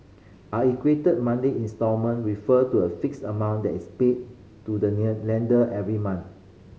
an equated monthly instalment refer to a fixed amount that is paid to the lender every month